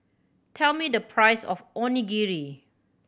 tell me the price of Onigiri